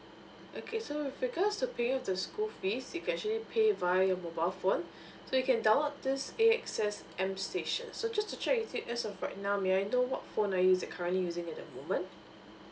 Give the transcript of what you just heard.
okay so with regards to paying of the school fees you can actually pay via your mobile phone so you can download this a x s m station so just to check is it as of right now may I know what phone are you using currently using at the moment